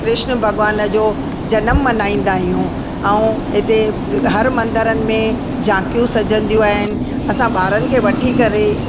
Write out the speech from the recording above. कृष्ण भगवानु जो जनम मल्हाईंदा आहियूं ऐं हिते हर मंदरनि में झांकियूं सजंदियूं आहिनि असां ॿारनि खे वठी करे